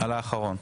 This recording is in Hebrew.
על האחרון.